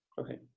Okay